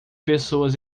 pessoas